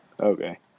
Okay